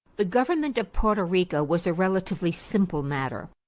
the government of porto rico was a relatively simple matter.